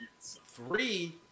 three